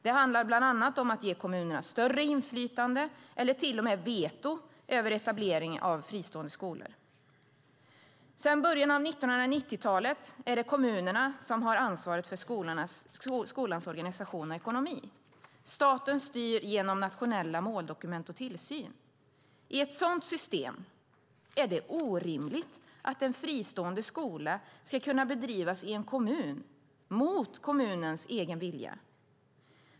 Det handlar bland annat om att ge kommunerna större inflytande eller till och med veto över etablering av fristående skolor. Sedan början av 1990-talet är det kommunerna som har ansvaret för skolans organisation och ekonomi. Staten styr genom nationella måldokument och tillsyn. I ett sådant system är det orimligt att en fristående skola ska kunna bedrivas i en kommun mot kommunens egen vilja.